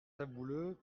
sabouleux